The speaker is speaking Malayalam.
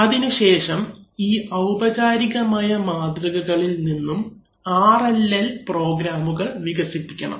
അതിനുശേഷം ഈ ഔപചാരികമായ മാതൃകകളിൽ നിന്നും RLL പ്രോഗ്രാമുകൾ വികസിപ്പിക്കണം